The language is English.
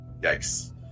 Yikes